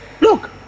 Look